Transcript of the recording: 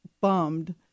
bummed